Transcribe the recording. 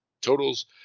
totals